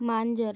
मांजर